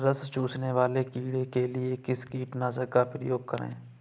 रस चूसने वाले कीड़े के लिए किस कीटनाशक का प्रयोग करें?